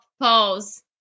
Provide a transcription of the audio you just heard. pause